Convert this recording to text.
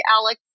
Alex